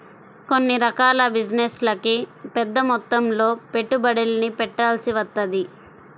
కొన్ని రకాల బిజినెస్లకి పెద్దమొత్తంలో పెట్టుబడుల్ని పెట్టాల్సి వత్తది